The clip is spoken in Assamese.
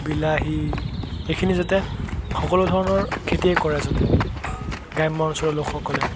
বিলাহী এইখিনি যাতে সকলো ধৰণৰ খেতিয়েই কৰে যাতে গ্ৰাম্য অঞ্চলৰ লোকসকলে